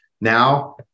now